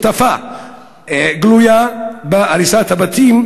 שותף גלוי בהריסת הבתים.